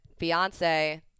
beyonce